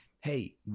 hey